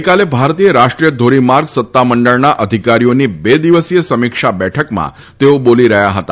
ગઈકાલે ભારતીય રાષ્ટ્રીય ધોરી માર્ગ સત્તામંડળના અધિકારીઓની બે દિવસીય સમિક્ષા બેઠકમાં તેઓ બોલી રહ્યા હતા